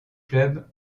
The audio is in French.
clubs